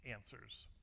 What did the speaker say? answers